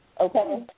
Okay